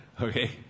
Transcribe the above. okay